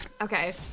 Okay